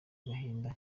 agahinda